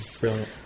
Brilliant